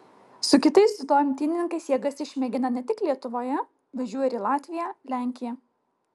su kitais dziudo imtynininkais jėgas išmėgina ne tik lietuvoje važiuoja ir į latviją lenkiją